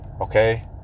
Okay